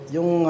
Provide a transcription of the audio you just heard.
Yung